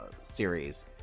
series